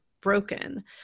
broken